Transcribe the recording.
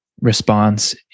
response